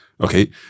okay